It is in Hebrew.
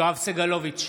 יואב סגלוביץ'